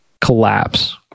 Collapse